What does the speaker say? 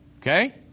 Okay